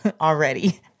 already